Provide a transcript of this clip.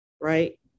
right